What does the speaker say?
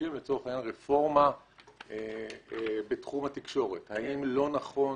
רפורמה בתחום התקשורת לא נכון